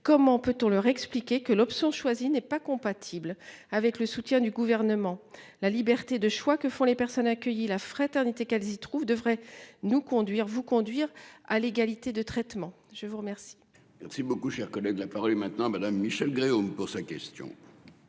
comment peut-on leur expliquer que l'option choisie n'est pas compatible avec le soutien du gouvernement. La liberté de choix que font les personnes accueillies la fraternité qu'elles y trouvent devrait nous conduire vous conduire à l'égalité de traitement. Je vous remercie. Merci beaucoup. Cher collègue, la parole est maintenant madame Michelle Gréaume pour sa question.